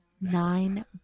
nine